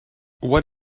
what